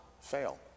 fail